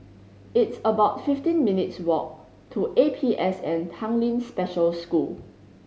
it's about fifteen minutes' walk to A P S N Tanglin Special School